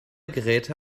geräte